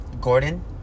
Gordon